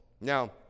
Now